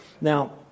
Now